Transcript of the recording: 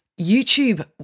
YouTube